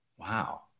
Wow